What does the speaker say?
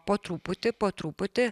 po truputį po truputį